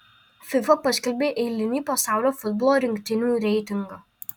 fifa paskelbė eilinį pasaulio futbolo rinktinių reitingą